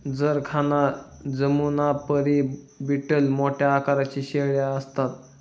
जरखाना जमुनापरी बीटल मोठ्या आकाराच्या शेळ्या असतात